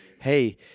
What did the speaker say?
hey